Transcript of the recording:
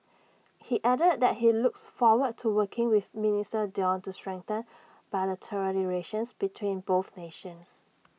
he added that he looks forward to working with minister Dion to strengthen bilateral relations between both nations